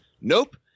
Nope